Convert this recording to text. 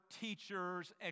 teachers